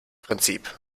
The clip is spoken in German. prinzip